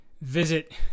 visit